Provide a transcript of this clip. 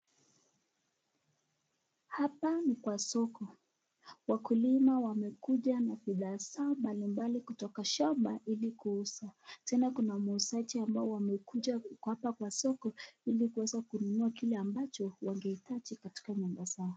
Hapa ni kwa soko, wakulima wamekuja na bidhaa zao mbalimbali kutoka shamba ili kuuza, tena kuna muuzaji ambao wamekuja wako hapa kwa soko ili kuweza kununua kile ambacho wangehitaji katika nyumba zao.